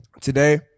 today